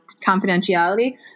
confidentiality